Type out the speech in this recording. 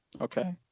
Okay